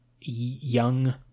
young